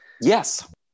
yes